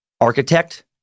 architect